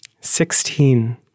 Sixteen